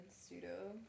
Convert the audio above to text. pseudo